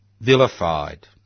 vilified